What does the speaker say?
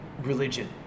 religion